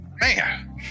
man